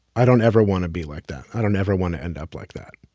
i don't ever want to be like that. i don't ever want to end up like that.